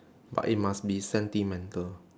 but it must be sentimental